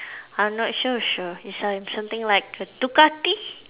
I'm not so sure it's like something like a Ducati